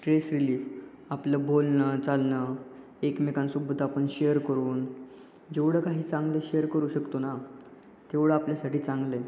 stress relief आपलं बोलणं चालणं एकमेकांसोबत आपण शेअर करून जेवढं काही चांगलं शेअर करू शकतो ना तेवढं आपल्यासाठी चांगलं आहे